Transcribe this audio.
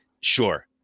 Sure